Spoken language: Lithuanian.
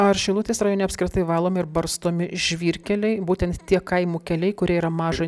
ar šilutės rajone apskritai valomi ir barstomi žvyrkeliai būtent tie kaimo keliai kurie yra mažo